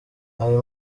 ayo